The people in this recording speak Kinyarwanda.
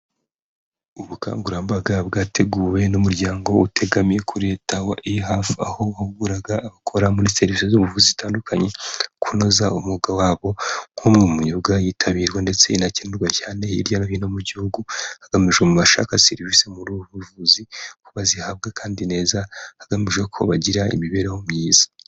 Ubukangurambaga bwateguwe n'umuryango utegamiye kuri leta, wa EAHF, aho wahuguraga abakora muri serivisi z'ubuvuzi zitandukanye, kunoza umwuga wabo nk'umwe mu myuga yitabiwe,, ndetse inakenerwa cyane hirya no hino mu gihugu hagamijwe mu bashaka serivisi mu buvuzi ko bazihabwa, kandi neza hagamijwe ko bagira imibereho myiza.